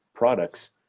products